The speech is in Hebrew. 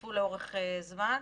התווספו לאורך זמן,